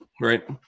right